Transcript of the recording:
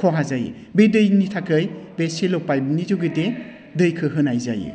खहा जायो बे दैनि थाखाय बे सिल' पाइपनि जुगिदे दैखौ होनाय जायो